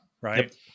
right